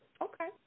Okay